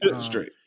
Straight